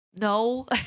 no